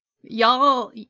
Y'all